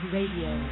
Radio